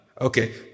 Okay